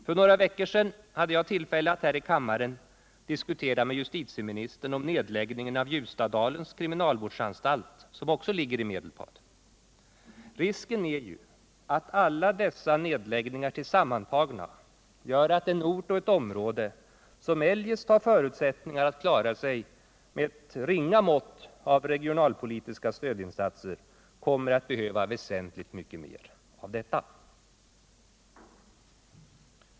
För några veckor sedan hade jag tillfälle att i kammaren diskutera med justitieministern om nedläggningen av Ljustadalens kriminalvårdsanstalt, som också ligger i Medelpad. Risken är ju den att alla dessa nedläggningar tillsammantagna gör att en ort och ett område, som eljest har förutsättningar att klara sig med ett ringa mått av regionalpolitiska stödinsatser, kommer att behöva väsentligt mycket mer av sådana.